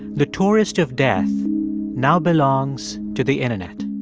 the tourist of death now belongs to the internet.